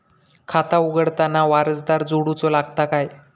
खाता उघडताना वारसदार जोडूचो लागता काय?